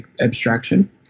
abstraction